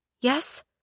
Yes